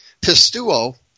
Pistuo